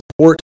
support